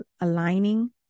aligning